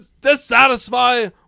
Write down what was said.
dissatisfy